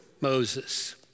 Moses